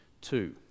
two